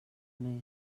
més